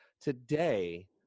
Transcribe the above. today